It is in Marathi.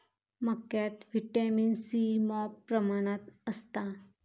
मक्यात व्हिटॅमिन सी मॉप प्रमाणात असता